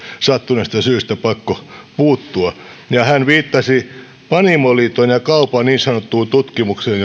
sattuneesta syystä pakko puuttua hän viitasi panimoliiton ja kaupan niin sanottuun tutkimukseen